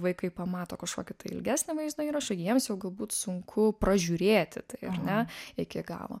vaikai pamato kažkokį tai ilgesnį vaizdo įrašą jiems jau galbūt sunku pražiūrėti tai ar ne iki galo